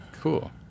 Cool